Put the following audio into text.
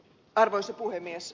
arvoisa puhemies